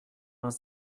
vingt